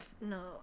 No